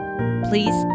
Please